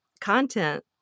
content